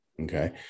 Okay